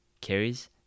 carries